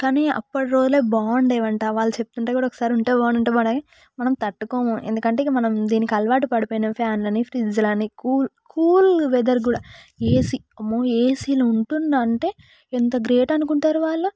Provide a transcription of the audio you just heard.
కానీ అప్పుడు రోజులుబాగుండవి అంట వాళ్ళు చెప్తుంటే కూడా ఒకసారి ఉంటే బాగుండు ఒకసారి ఉంటే బాగుండు మనం తట్టుకోము ఎందుకంటే మనం దీనికి అలవాటు పడిపోయిన ఫ్యాన్లని ఫ్రిడ్జ్లని కూల్ కూల్ వెదర్ కూడా ఏసి అమ్మో ఏసీలో ఉంటుండ్ర అంటే ఎంత గ్రేట్ అనుకుంటారు వాళ్ళు